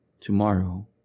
Tomorrow